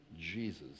Jesus